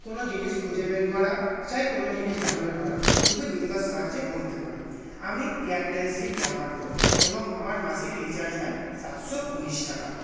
কোনো জিনিস খুঁজে বের করা চাই কোনো জিনিস ডাউনলোড করা খুবই দ্রুততার সাহায্যে করতে পারি আমি এয়ারটেল সিম ব্যবহার করি এবং আমার মাসিক রিচার্জ হয় সাতশো উনিশ টাকা